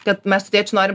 kad mes su tėčiu norim